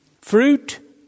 Fruit